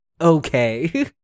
okay